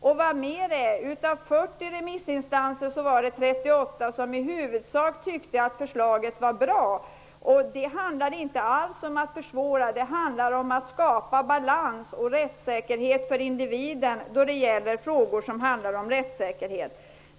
Och vad mer är: av 40 remissinstanser tyckte 38 att förslaget i huvudsak var bra. Det handlar inte alls om att försvåra kampen mot den ekonomiska brottsligheten, utan det handlar om att skapa balans och rättssäkerhet för individen.